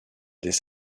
des